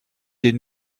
des